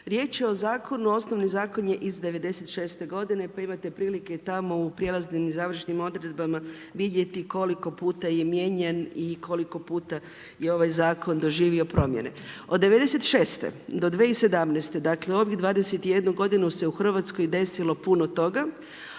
Riječ je o zakonu osnovni zakon je iz '96. godine pa imate prilike tamo i prijelaznim i završnim odredbama vidjeti koliko puta je mijenjan i koliko puta je ovaj zakon doživio promjene. Od '96. do 2017., dakle ovih 21 godinu se u Hrvatskoj desilo puno toga.